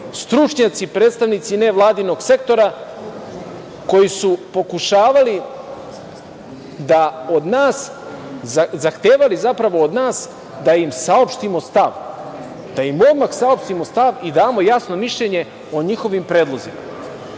stručnjaci, predstavnici nevladinog sektora koji su pokušavali da od nas, zapravo zahtevali od nas, da im saopštimo stav, da im odmah saopštimo stav i damo jasno mišljenje o njihovim predlozima.